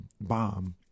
bomb